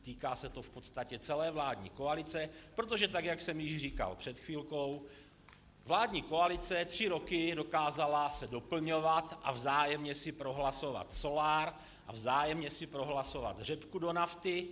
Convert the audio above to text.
Týká se to v podstatě celé vládní koalice, protože tak jak jsem již říkal před chvilkou, vládní koalice se tři roky dokázala doplňovat a vzájemně si prohlasovat solár a vzájemně si prohlasovat řepku do nafty.